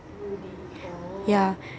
ya